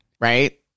Right